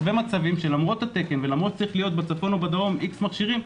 הרבה מצבים שלמרות התקן ולמרות שצריכים להיות בצפון ובדרום X מכשירים,